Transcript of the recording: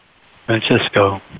Francisco